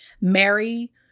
Mary